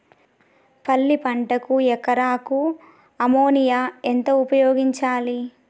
పల్లి పంటకు ఎకరాకు అమోనియా ఎంత ఉపయోగించాలి?